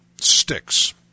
sticks